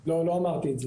לא, לא אמרתי את זה.